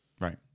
Right